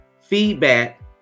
feedback